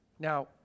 Now